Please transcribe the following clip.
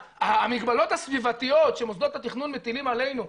המגבלות הסביבתיות שמוסדות התכנון מטילים עלינו,